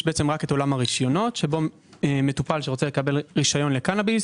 יש רק עולם הרשיונות שבו מטופל שרוצה לקבל רשיון לקנאביס,